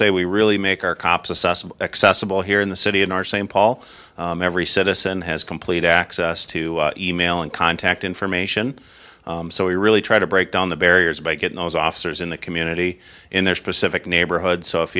say we really make our cops assessable accessible here in the city in our same paul every citizen has complete access to e mail and contact information so we really try to break down the barriers by getting those officers in the community in their specific neighborhoods so if